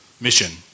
mission